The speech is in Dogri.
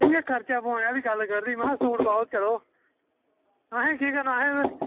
इंया खर्चा पाने आह्ली गल्ल करनी में हा सूट पाओ ते चलो असे केह् करना असें